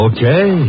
Okay